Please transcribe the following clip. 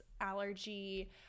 allergy